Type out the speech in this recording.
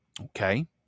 Okay